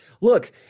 Look